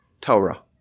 Torah